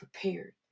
prepared